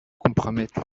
compromettre